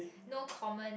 no common